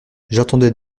j’attendais